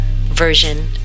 version